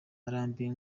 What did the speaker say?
arambwira